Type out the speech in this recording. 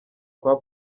kwa